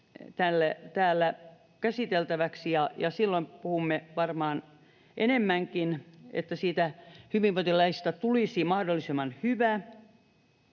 täällä käsiteltäväksi, ja silloin puhumme varmaan enemmänkin, niin että siitä hyvinvointilaista tulisi mahdollisimman hyvä.